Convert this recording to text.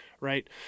Right